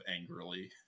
angrily